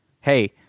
Hey